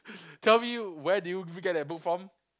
tell me where do you get that book from